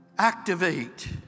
Activate